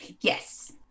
Yes